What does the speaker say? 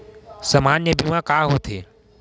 सामान्य बीमा का होथे?